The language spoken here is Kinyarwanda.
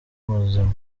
muzima